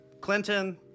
Clinton